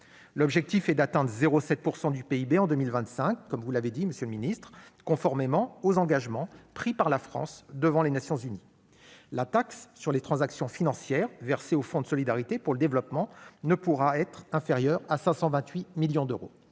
l'objectif est d'atteindre 0,7 % du RNB en 2025, comme vous l'avez dit, monsieur le ministre, conformément aux engagements pris par la France devant les Nations unies. La part de la taxe sur les transactions financières versée au Fonds de solidarité pour le développement ne pourra pas être inférieure à 528 millions d'euros.